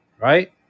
right